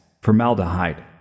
formaldehyde